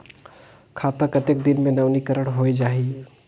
खाता कतेक दिन मे नवीनीकरण होए जाहि??